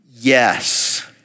Yes